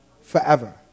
forever